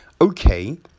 okay